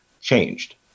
changed